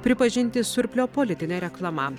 pripažinti surplio politine reklama